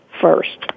first